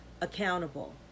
accountable